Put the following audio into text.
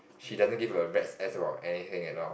she doesn't give a rats ass about anything at all